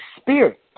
spirit